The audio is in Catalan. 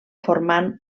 formant